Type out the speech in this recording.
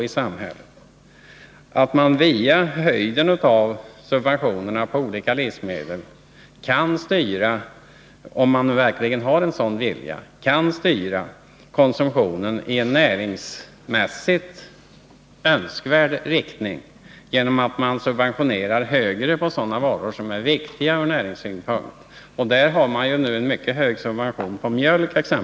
Och via storleken av subventionerna på olika livsmedel kan man ju — om man nu verkligen har en sådan vilja — styra konsumtionen i en näringsmässigt önskvärd riktning genom att öka subventionerna på sådana varor som är viktiga ur näringssynpunkt. Vi har ju nu en mycket hög subvention på exempelvis mjölk.